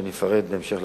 שאני אפרט בהמשך,